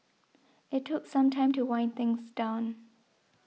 it took some time to wind things down